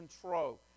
control